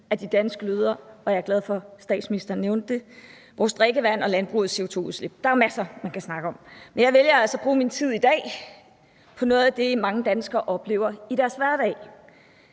af de danske jøder, og jeg er glad for, statsministeren nævnte det, vores drikkevand og landbrugets CO2-udslip. Der er masser, man kan snakke om. Men jeg vælger altså at bruge min tid i dag på noget af det, mange danskere oplever i deres hverdag,